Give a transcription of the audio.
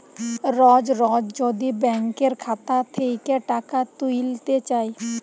রজ রজ যদি ব্যাংকের খাতা থ্যাইকে টাকা ত্যুইলতে চায়